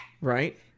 right